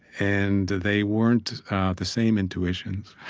and they weren't the same intuitions.